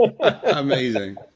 Amazing